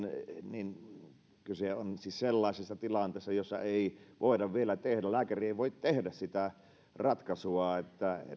kyse on siis sellaisesta tilanteesta jossa ei voida vielä tehdä lääkäri ei voi tehdä sitä ratkaisua että